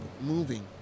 moving